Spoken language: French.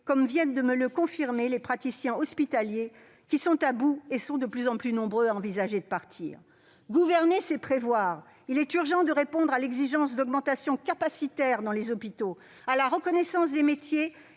comme viennent de me le confirmer les praticiens hospitaliers, qui sont à bout et qui sont de plus en plus nombreux à envisager de partir. Gouverner, c'est prévoir. Il est urgent de répondre à l'exigence d'augmentation des capacités dans les hôpitaux, à la reconnaissance des métiers